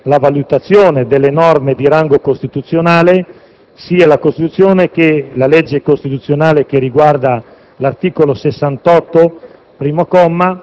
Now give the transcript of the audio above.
Le indicazioni che sono state fornite per la prima di queste relazioni sono identiche: si ripropone un conflitto tra il Senato